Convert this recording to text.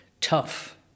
tough